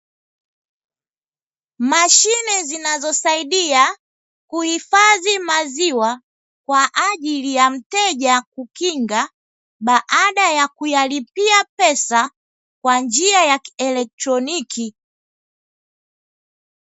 Mashine zinazosaidia kuhifadhi maziwa kwa ajili ya mteja kukinga, baada ya kuyalipia pesa kwa njia ya kielotroniki.